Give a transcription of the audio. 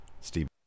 Steve